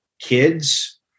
kids